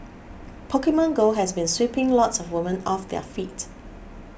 Pokemon Go has been sweeping lots of women off their feet